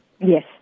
Yes